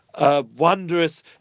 wondrous